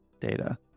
data